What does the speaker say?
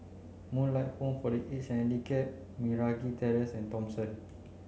Moonlight Home for the Aged Handicapped Meragi Terrace and Thomson